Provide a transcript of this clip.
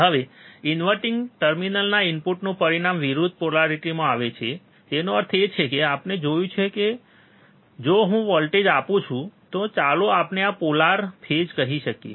હવે ઇન્વર્ટીંગ ટર્મિનલ્સના ઇનપુટનું પરિણામ વિરુદ્ધ પોલારીટીમાં આવે છે તેનો અર્થ એ છે કે આપણે જોયું છે કે જો હું વોલ્ટેજ આપુ છું તો ચાલો આપણે આ પોલાર ફેજ કહી શકીએ